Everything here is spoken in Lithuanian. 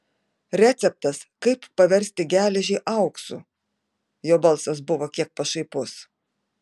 receptas kaip paversti geležį auksu jo balsas buvo kiek pašaipus